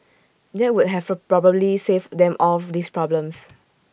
that would have probably saved them all these problems